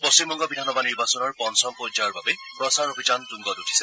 পশ্চিমবংগ বিধানসভা নিৰ্বাচনৰ পঞ্চম পৰ্যায়ৰ বাবে প্ৰচাৰ অভিযান তুংগত উঠিছে